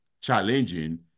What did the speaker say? challenging